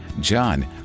John